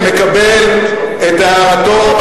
מקבל את הערתו,